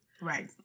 Right